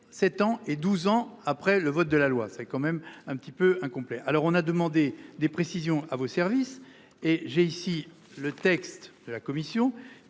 ans et 12 ans après le vote de la loi, c'est quand même un petit peu incomplet. Alors on a demandé des précisions à vos service et j'ai ici le texte de la commission